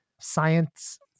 science